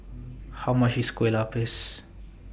How much IS Kue Lupis